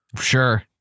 Sure